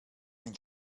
ein